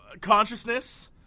consciousness